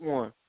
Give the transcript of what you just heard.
one